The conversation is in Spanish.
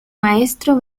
maestro